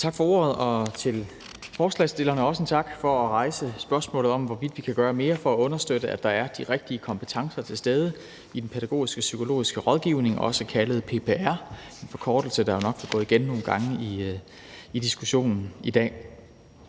Tak for ordet, og også tak til forslagsstillerne for at rejse spørgsmålet om, hvorvidt vi kan gøre mere for at understøtte, at der er de rigtige kompetencer til stede i den pædagogisk-psykologiske rådgivning, også kaldet PPR, en forkortelse, der jo nok er gået igen nogle gange i diskussionen i dag.